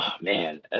man